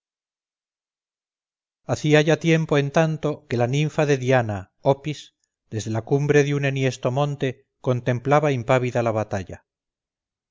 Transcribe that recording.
hacía ya tiempo en tanto que la ninfa de diana opis desde la cumbre de un enhiesto monte contemplaba impávida la batalla